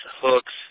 hooks